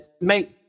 make